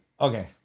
okay